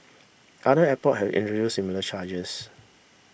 other airport have introduce similar charges